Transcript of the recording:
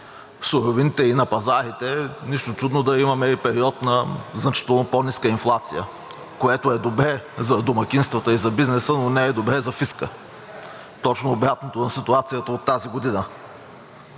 в суровините и на пазарите, нищо чудно да имаме и период на значително по-ниска инфлация, което е добре за домакинствата и за бизнеса, но не е добре за фиска. Точно обратното на ситуацията от тази година!